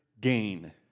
gain